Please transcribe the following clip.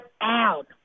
out